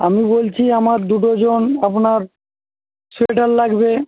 আমি বলছি আমার দু ডজন আপনার সোয়েটার লাগবে